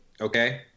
Okay